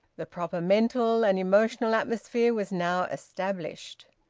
the proper mental and emotional atmosphere was now established.